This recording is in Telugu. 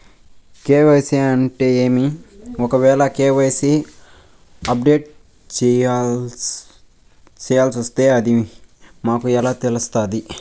కె.వై.సి అంటే ఏమి? ఒకవేల కె.వై.సి అప్డేట్ చేయాల్సొస్తే అది మాకు ఎలా తెలుస్తాది?